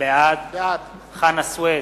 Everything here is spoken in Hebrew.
בעד חנא סוייד,